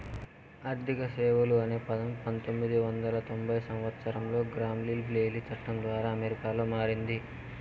ఆర్థిక సేవలు అనే పదం పంతొమ్మిది వందల తొంభై సంవచ్చరంలో గ్రామ్ లీచ్ బ్లెయిలీ చట్టం ద్వారా అమెరికాలో మారింది